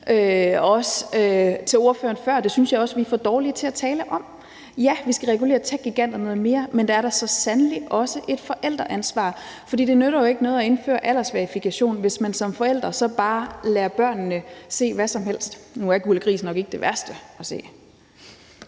vil jeg sige, at det synes jeg også at vi er for dårlige til at tale om – ja, vi skal regulere techgiganterne noget mere, men der er da så sandelig også et forældreansvar. For det nytter jo ikke noget at indføre aldersverifikation, hvis man som forældre så bare lader børnene se hvad som helst. Nu er »Gurli Gris« nok ikke det værste at se.